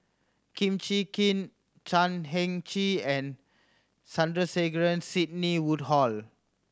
Kum Chee Kin Chan Heng Chee and Sandrasegaran Sidney Woodhull